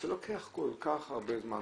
זה לוקח כל כך הרבה זמן.